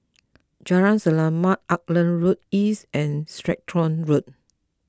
Jalan Selamat Auckland Road East and Stratton Road